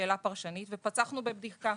שאלה פרשנית ופתחנו בבדיקה,